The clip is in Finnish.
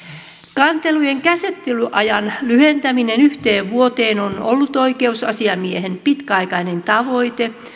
kantelujen käsittelyajan lyhentäminen yhteen vuoteen on ollut oikeusasiamiehen pitkäaikainen tavoite